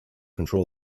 control